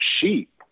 sheep